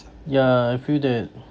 yeah I feel that